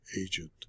agent